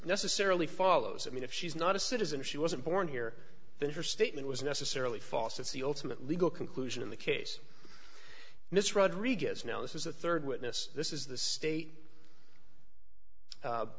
necessarily follows i mean if she's not a citizen she wasn't born here then her statement was necessarily false that's the ultimate legal conclusion in the case miss rodriguez now this is the rd witness this is the state